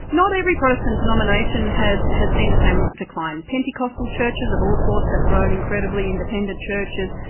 not every protestant denomination has has seen the same decline. pentecostal churches of all sorts have grown incredibly, independent churches,